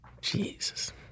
Jesus